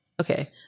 Okay